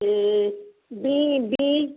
ए बीँ बीँ